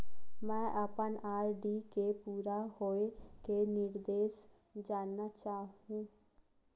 मैं अपन आर.डी के पूरा होये के निर्देश जानना चाहहु